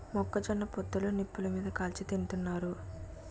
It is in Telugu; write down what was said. మొక్క జొన్న పొత్తులు నిప్పులు మీది కాల్చి తింతన్నారు